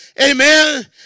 Amen